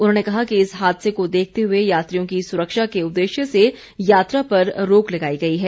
उन्होंने कहा कि इस हादसे को देखते हुए यात्रियों की सुरक्षा के उद्देश्य से यात्रा पर रोक लगाई गई है